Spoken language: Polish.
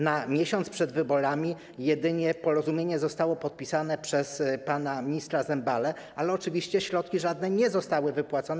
Na miesiąc przed wyborami jedynie porozumienie zostało podpisane przez pana ministra Zembalę, ale oczywiście żadne środki nie zostały wypłacone.